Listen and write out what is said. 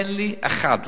אין לי, אחד לא.